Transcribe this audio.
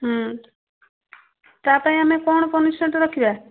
ହୁଁ ତା ପାଇଁ ଆମେ କ'ଣ ପନିସମେଣ୍ଟ୍ ରଖିବା